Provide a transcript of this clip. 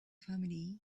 family